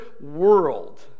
world